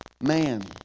man